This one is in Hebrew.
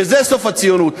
וזה סוף הציונות.